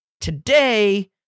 today